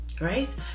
Right